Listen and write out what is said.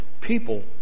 people